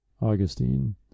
Augustine